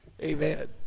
Amen